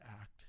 act